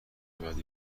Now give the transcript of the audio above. بدی